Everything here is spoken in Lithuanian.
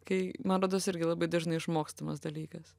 kai man rodos irgi labai dažnai išmokstamas dalykas